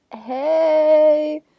hey